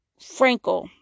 Frankel